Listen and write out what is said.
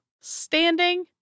standing